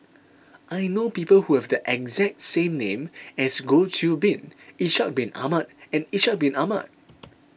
I know people who have the exact same name as Goh Qiu Bin Ishak Bin Ahmad and Ishak Bin Ahmad